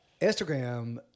Instagram